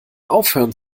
aufhören